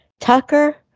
Tucker